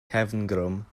cefngrwm